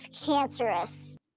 cancerous